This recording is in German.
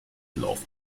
lauf